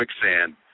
quicksand